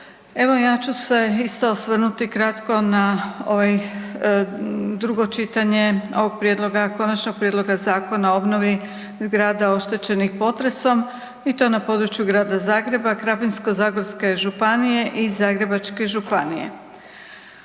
Evo, ja ću se isto osvrnuti kratko na ovaj, drugo čitanje ovog prijedloga, Konačnog prijedloga Zakona o obnovi zgrada oštećenih potresom, i to na području Grada Zagreba, Krapinsko-zagorske županije i Zagrebačke županije.